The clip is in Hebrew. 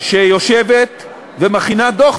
שיושבת ומכינה דוח.